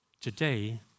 Today